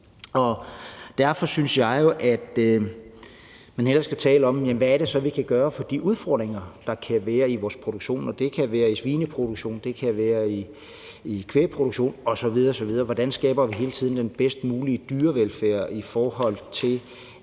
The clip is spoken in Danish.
derfor synes jeg jo, at man hellere skal tale om, hvad det så er, vi kan gøre ved de udfordringer, der kan være i vores produktion. Og det kan være i svineproduktionen, det kan være i kvægproduktionen osv. osv. Hvordan skaber vi hele tiden den bedst mulige dyrevelfærd, i forhold til